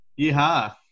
Yeehaw